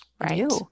Right